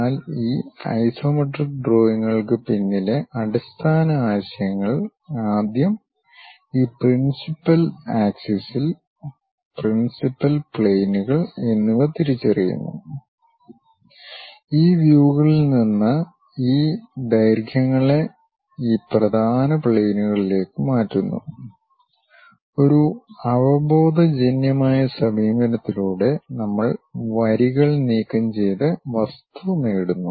എന്നാൽ ഈ ഐസോമെട്രിക് ഡ്രോയിംഗുകൾക്ക് പിന്നിലെ അടിസ്ഥാന ആശയങ്ങൾ ആദ്യം ഈ പ്രിൻസിപ്പൽ അക്ഷങ്ങൾ പ്രിൻസിപ്പൽ പ്ലെയിനുകൾ എന്നിവ തിരിച്ചറിയുന്നു ഈ വ്യൂകളിൽ നിന്ന് ഈ ദൈർഘ്യങ്ങളെ ഈ പ്രധാന പ്ലെ യിനുകളിലേക്ക് മാറ്റുന്നു ഒരു അവബോധജന്യമായ സമീപനത്തിലൂടെ നമ്മൾ വരികൾ നീക്കംചെയ്ത് വസ്തു നേടുന്നു